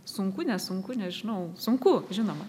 sunku nesunku nežinau sunku žinoma